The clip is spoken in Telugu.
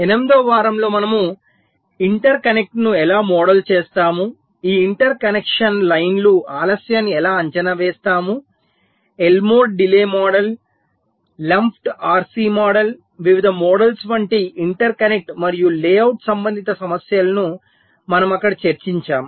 8 వ వారంలో మనము ఇంటర్కనెక్ట్ను ఎలా మోడల్ చేస్తాము ఈ ఇంటర్కనెక్షన్ లైన్ల ఆలస్యాన్ని ఎలా అంచనా వేస్తాము Elmore delay model lumped RC models వివిధ మోడల్స్ వంటి ఇంటర్కనెక్ట్ మరియు లేఅవుట్ సంబంధిత సమస్యలను మనము అక్కడ చర్చించాము